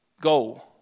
Go